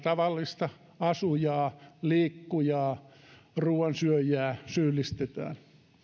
tavallista asujaa liikkujaa ja ruoansyöjää syyllistetään